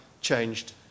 changed